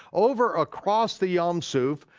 over across the yam suf,